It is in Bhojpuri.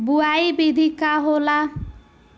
बुआई विधि का होला?